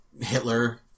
Hitler